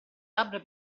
labbra